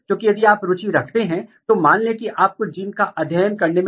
तो मैं कुछ उदाहरण लूंगा यह पुष्प संक्रमण का एक अच्छी तरह से अध्ययन किया गया मामला है